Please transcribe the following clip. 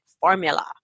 formula